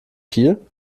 kiel